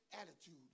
attitude